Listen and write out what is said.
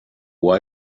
why